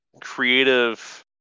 creative